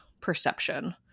perception